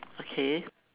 okay